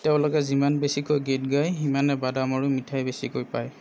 তেওঁলোকে যিমান বেছিকৈ গীত গায় সিমানে বাদাম আৰু মিঠাই বেছিকৈ পায়